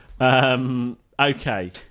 Okay